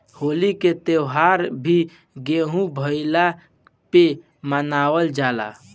होली के त्यौहार भी गेंहू भईला पे मनावल जाला